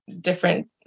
different